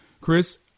Chris